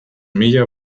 mila